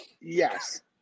yes